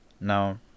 Now